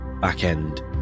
back-end